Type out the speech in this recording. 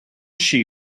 she